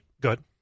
good